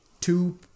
Two